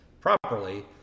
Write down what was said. properly